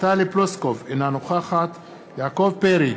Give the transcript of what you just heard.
טלי פלוסקוב, אינה נוכחת יעקב פרי,